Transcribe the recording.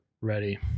ready